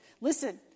Listen